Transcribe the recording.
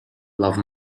love